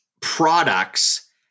products